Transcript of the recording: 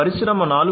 పరిశ్రమ 4